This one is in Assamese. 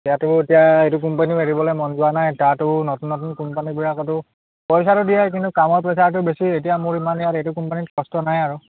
এতিয়াতো এতিয়া এইটো কোম্পানীও এৰিবলৈ মন যোৱা নাই তাতো নতুন নতুন কোম্পানীবিলাকতো পইচাটো দিয়ে কিন্তু কামৰ প্ৰেচাৰটো বেছি এতিয়া মোৰ ইমান ইয়াত এইটো কোম্পানীত কষ্ট নাই আৰু